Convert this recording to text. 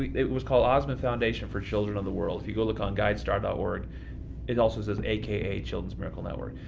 it was called osmond foundation for children of the world. if you go look at um guidestar but org, it also says aka children's miracle network.